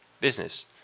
business